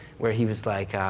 where he was like